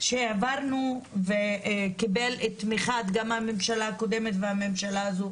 שהעברנו קיבל את התמיכה גם של הממשלה הקודמת וגם של הממשלה הזו,